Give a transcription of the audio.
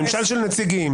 ממשל של נציגים.